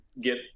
get